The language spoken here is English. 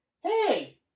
hey